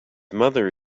mother